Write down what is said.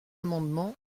amendement